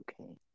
okay